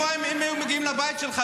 אם הם היו מגיעים לבית שלך,